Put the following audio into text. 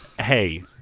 Hey